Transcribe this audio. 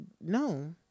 no